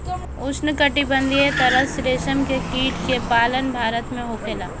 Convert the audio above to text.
उष्णकटिबंधीय तसर रेशम के कीट के पालन भारत में होखेला